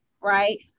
right